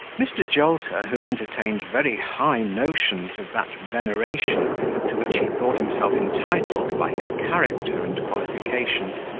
mr. jolter, who entertained very high notions of that veneration to which he thought himself entitled by his character and qualifications,